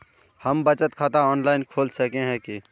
हम बचत खाता ऑनलाइन खोल सके है की?